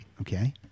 Okay